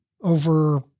over